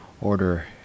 order